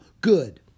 Good